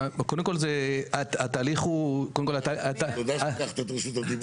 קודם כל התהליך הוא --- תודה שלקחת את רשות הדיבור.